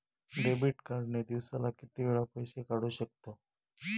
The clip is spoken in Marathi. डेबिट कार्ड ने दिवसाला किती वेळा पैसे काढू शकतव?